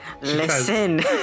Listen